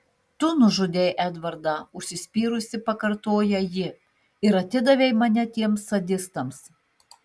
tu nužudei edvardą užsispyrusi pakartoja ji ir atidavei mane tiems sadistams